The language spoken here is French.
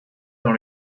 dans